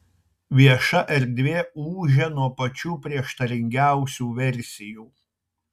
vieša erdvė ūžia nuo pačių prieštaringiausių versijų